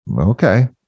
okay